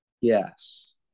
Yes